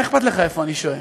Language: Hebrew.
מה אכפת לך איפה אני שוהה?